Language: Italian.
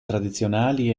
tradizionali